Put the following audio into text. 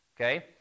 okay